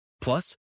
Plus